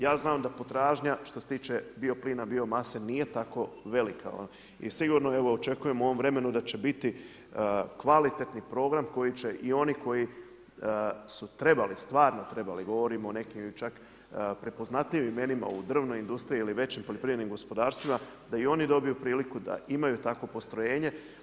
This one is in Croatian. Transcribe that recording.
Ja znam da potražnja, što se tiče bio-plina, bio mase, nije tako velika i sigurno evo, očekujem u ovom vremenu da će biti kvalitetni program koji će i oni koji su trebali, stvarno trebali, govorim o nekim čak prepoznatljivim imenima u drvnoj industriji ili većim poljoprivrednim gospodarstvima, da i oni dobiju priliku da imaju takvo postrojenje.